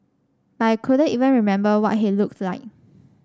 but I couldn't even remember what he looked like